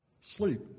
sleep